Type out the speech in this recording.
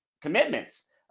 commitments